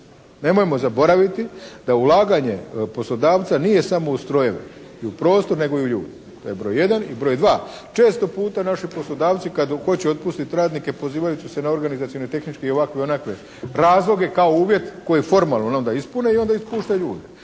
Nemojmo zaboraviti da ulaganje poslodavca nije samo u strojeve i u prostor nego i u ljude, to je broj jedan. I broj dva. Često puta naši poslodavci kada hoće otpustiti radnike pozivajući se na organizacione, tehničke, ovakve i onakve razloge kao uvjet koje formalno onda ispune i onda otpušta ljude,